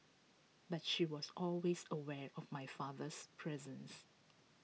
but she was always aware of my father's presence